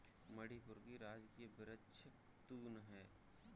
मणिपुर का राजकीय वृक्ष तून है